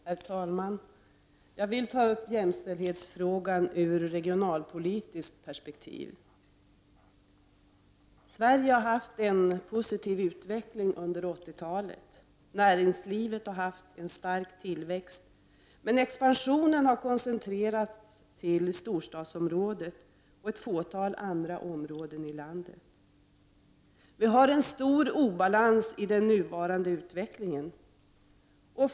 Herr talman! Jag vill ta upp jämställdhetsfrågan från regionalpolitiskt perspektiv. Sverige har haft en positiv utveckling under 1980-talet. Näringslivet har haft en stark tillväxt, men expansionen har koncentrerats till Storstockholmsområdet och ett fåtal andra områden i landet. Vi har en stor obalans i den nuvarande utvecklingen.